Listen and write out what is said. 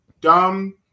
dumb